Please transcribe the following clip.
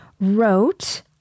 wrote